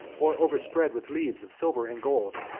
or overspread with leaves of silver and gold,